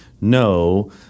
no